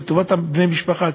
לטובת בני המשפחה.